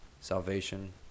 salvation